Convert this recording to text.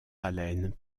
haleine